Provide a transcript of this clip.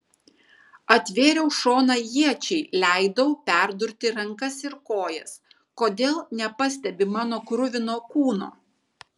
atvėriau šoną iečiai leidau perdurti rankas ir kojas kodėl nepastebi mano kruvino kūno